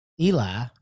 Eli